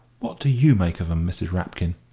what do you make of em, mrs. rapkin?